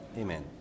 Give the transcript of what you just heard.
Amen